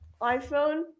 iPhone